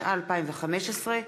התשע"ה 2015,